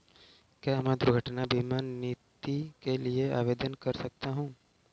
क्या मैं दुर्घटना बीमा नीति के लिए आवेदन कर सकता हूँ?